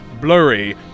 Blurry